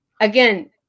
again